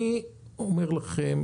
אני אומר לכם,